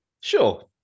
Sure